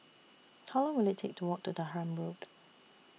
How Long Will IT Take to Walk to Durham Road